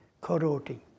corroding